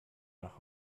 nach